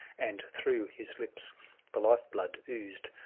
and through his lips the life-blood oozed,